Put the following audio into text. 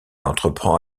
entreprend